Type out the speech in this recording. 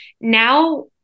now